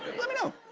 let me know.